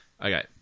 Okay